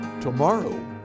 Tomorrow